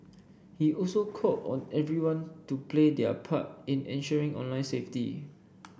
he also call on everyone to play their part in ensuring online safety